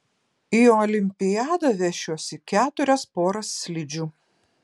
į olimpiadą vešiuosi keturias poras slidžių